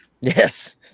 Yes